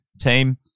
team